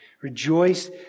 Rejoice